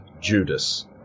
Judas